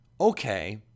Okay